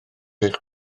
eich